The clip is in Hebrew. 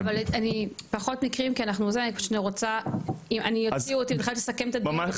לא אבל פחות מקרים אני פשוט רוצה לסכם את הדיון.